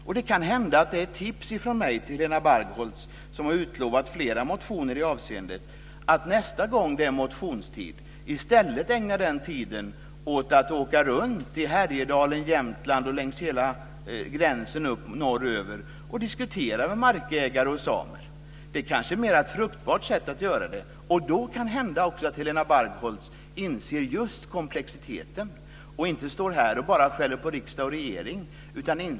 Kanhända kan Helena Bargholtz få ett tips från mig - som har utlovat fler motioner i frågan - att nästa gång det är motionstid i stället ägna den tiden åt att åka runt i Härjedalen, Jämtland och längs gränsen norröver och diskutera med markägare och samer. Det är ett kanske mer fruktbart sätt. Då kan det hända att Helena Bargholtz inser komplexiteten och inte står här och skäller på riksdag och regering.